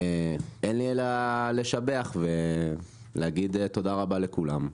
אין לי אלא לשבח ולהגיד תודה רבה לכולם.